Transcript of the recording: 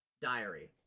Diary